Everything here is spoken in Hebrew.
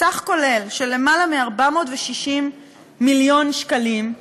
בסך כולל של יותר מ-460 מיליון שקלים,